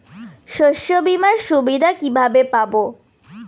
শস্যবিমার সুবিধা কিভাবে পাবো?